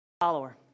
follower